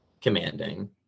commanding